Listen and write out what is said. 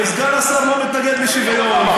וסגן השר לא מתנגד לשוויון,